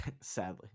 sadly